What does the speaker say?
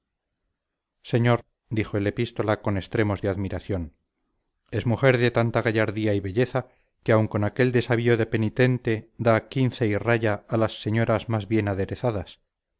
señor dijo el epístola con extremos de admiración es mujer de tanta gallardía y belleza que aun con aquel desavío de penitente da quince y raya a las señoras más bien aderezadas